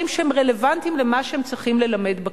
שהם רלוונטיים למה שהם צריכים ללמד בכיתות?